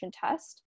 test